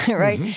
right?